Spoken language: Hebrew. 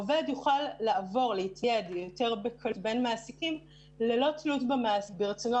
עובד יוכל לעבור בין מעסיקים ללא תלות ברצונו